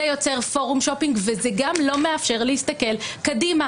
זה יוצר פורום שופינג וזה גם לא מאפשר להסתכל קדימה.